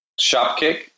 Shopkick